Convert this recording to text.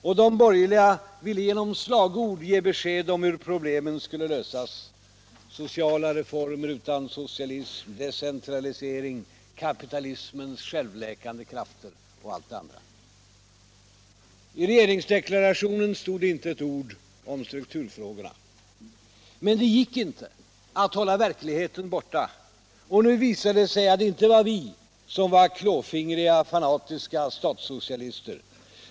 Och de borgerliga ville genom slagord ge besked om hur problemen skulle lösas: sociala reformer utan socialism, decentralisering, kapitalismens självläkande krafter osv. I regeringsdeklarationen stod det inte ett ord om strukturfrågorna. Men det gick inte att hålla verkligheten borta. Nu visar det sig att det inte var vi som var klåfingriga, fanatiska statssocialister.